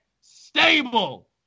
stable